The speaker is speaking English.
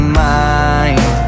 mind